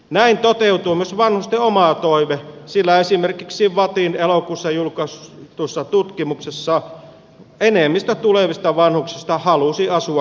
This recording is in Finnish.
näin toteutuu myös vanhusten oma toive sillä esimerkiksi vattin elokuussa julkaistussa tutkimuksessa enemmistö tulevista vanhuksista halusi asua kotona